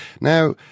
Now